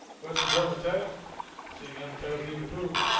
questions on the title seeing down the titles deemed approved